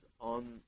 on